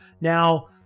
now